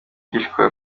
kwicwa